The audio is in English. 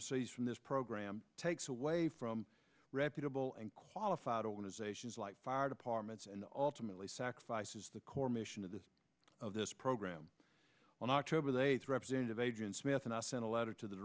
receives from this program takes away from reputable and qualified organizations like fire departments and ultimately sacrifices the core mission of the of this program on october the eighth representative agent smith and i sent a letter to the